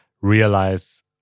realize